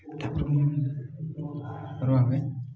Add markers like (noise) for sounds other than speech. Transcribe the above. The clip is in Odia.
(unintelligible)